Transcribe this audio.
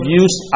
use